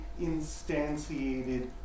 instantiated